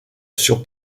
sur